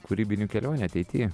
kūrybinių kelionių ateity